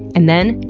and then.